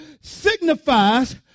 signifies